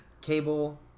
cable